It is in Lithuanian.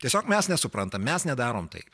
tiesiog mes nesuprantam mes nedarom taip